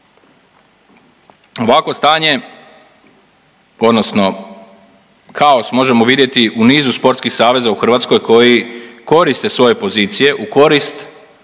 Ovakvo stanje odnosno kaos možemo vidjeti u nizu sportskih saveza u Hrvatskoj koji koriste svoje pozicije u korist